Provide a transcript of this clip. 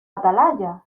atalaya